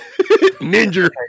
Ninja